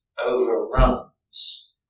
overruns